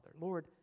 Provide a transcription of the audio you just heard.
Lord